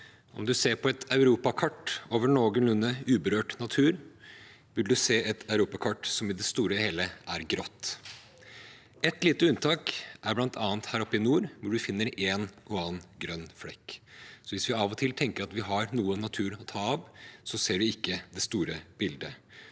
Om man ser på et europakart over noenlunde uberørt natur, vil man se et europakart som i det store og hele er grått. Ett lite unntak er bl.a. her oppe i nord, hvor man finner en og annen grønn flekk. Hvis vi av og til tenker at vi har noe natur å ta av, ser vi ikke det store bildet.